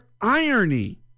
irony